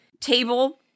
table